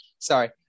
Sorry